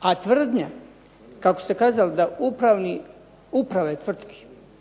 A tvrdnja, kako ste kazali da uprave tvrtki,